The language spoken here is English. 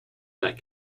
that